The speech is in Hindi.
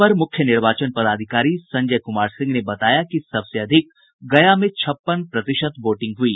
अपर मुख्य निर्वाचन पदाधिकारी संजय कुमार सिंह ने बताया कि सबसे अधिक गया में छप्पन प्रतिशत वोटिंग हुई